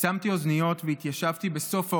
שמתי אוזניות והתיישבתי בסוף האוטובוס.